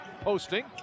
Posting